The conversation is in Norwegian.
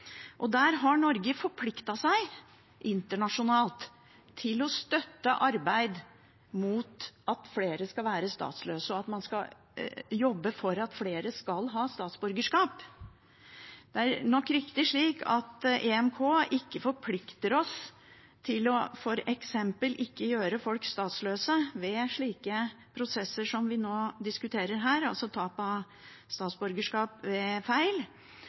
har forpliktet seg internasjonalt til å støtte arbeidet mot at flere skal være statsløse og til å jobbe for at flere skal ha statsborgerskap. Det er nok riktig at EMK ikke forplikter oss til f.eks. ikke å gjøre folk statsløse ved slike prosesser som vi nå diskuterer, altså tap av statsborgerskap ved feil.